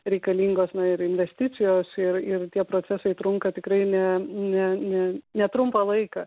reikalingos ir investicijos ir ir tie procesai trunka tikrai ne ne ne netrumpą laiką